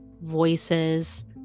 voices